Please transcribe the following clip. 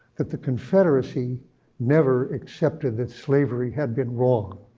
that the confederacy never accepted that slavery had been wrong.